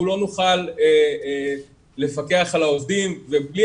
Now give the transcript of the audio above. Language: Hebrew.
אנחנו לא נוכל לפקח על העובדים ובלי